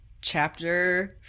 chapter